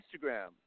Instagram